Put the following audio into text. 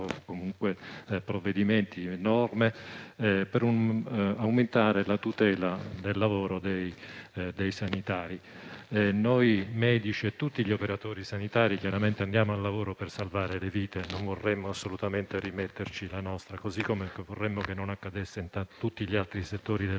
comunque norme per aumentare la tutela del lavoro dei sanitari. Noi medici e tutti gli operatori sanitari andiamo al lavoro per salvare le vite. Non vorremmo assolutamente rimetterci la nostra, così come vorremmo non accadesse in tutti gli altri settori del